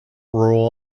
rural